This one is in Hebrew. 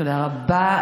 תודה רבה,